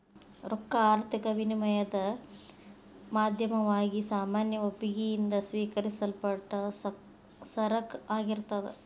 ರೊಕ್ಕಾ ಆರ್ಥಿಕ ವಿನಿಮಯದ್ ಮಾಧ್ಯಮವಾಗಿ ಸಾಮಾನ್ಯ ಒಪ್ಪಿಗಿ ಯಿಂದ ಸ್ವೇಕರಿಸಲ್ಪಟ್ಟ ಸರಕ ಆಗಿರ್ತದ್